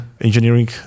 Engineering